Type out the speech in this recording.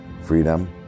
freedom